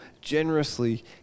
generously